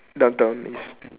downtown east